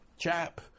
chap